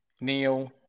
Neil